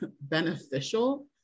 beneficial